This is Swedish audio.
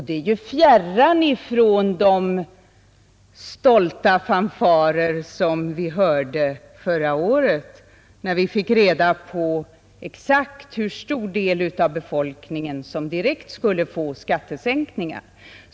Det är ju fjärran från de stolta fanfarer som vi hörde förra året, när vi fick reda på exakt hur stor del av befolkningen som direkt skulle få skattesänkningar.